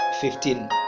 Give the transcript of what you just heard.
fifteen